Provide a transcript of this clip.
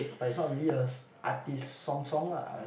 but is not a really a artist song song lah